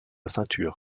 ceinture